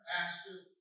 Pastor